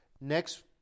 Next